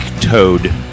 Toad